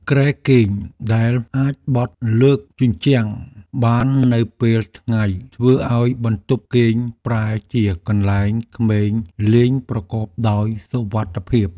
គ្រែគេងដែលអាចបត់លើកជញ្ជាំងបាននៅពេលថ្ងៃធ្វើឱ្យបន្ទប់គេងប្រែជាកន្លែងក្មេងលេងប្រកបដោយសុវត្ថិភាព។